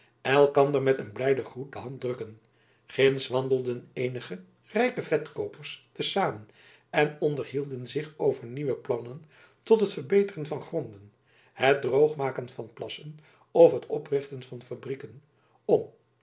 elkander met een blijden groet de hand drukken ginds wandelden eenige rijke vetkoopers te zamen en onderhielden zich over nieuwe plannen tot het verbeteren van gronden het droogmaken van plassen of het oprichten van fabrieken om